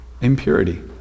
Impurity